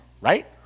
right